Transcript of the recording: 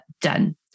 done